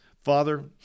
Father